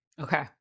okay